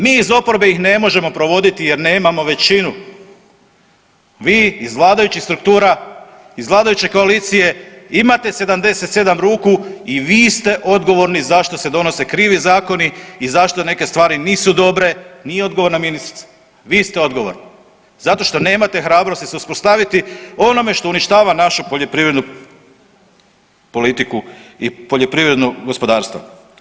Mi iz oporbe ih ne možemo provoditi jer nemamo većinu, vi iz vladajućih struktura, iz vladajuće koalicije imate 77 ruku i vi ste odgovorni zašto se donose krivi zakoni i zašto neke stvari nisu dobre nije odgovorna ministrica, vi ste odgovorni zato što nemate hrabrosti se suprotstaviti onome što uništava našu poljoprivrednu politiku i poljoprivredna gospodarstva.